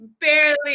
barely